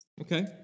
Okay